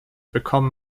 become